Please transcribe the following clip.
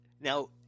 Now